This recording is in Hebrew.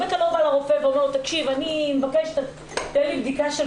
אם אתה לא בא לרופא ואומר לו: אני מבקש שתשלח אותי לבדיקה של